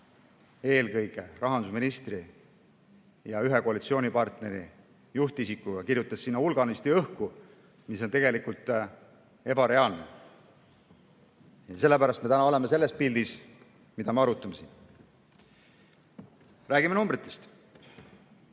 eelkõige rahandusministri, ühe koalitsioonipartneri juhtisikuga, kirjutas hulganisti õhku, seda, mis on tegelikult ebareaalne. Ja sellepärast me täna olemegi selles pildis, mida me siin arutame. Räägime numbritest.